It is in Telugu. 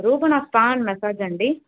రూపణా స్పా అండ్ మసాజ్ అండి